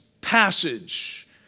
passage